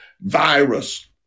virus